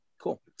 Cool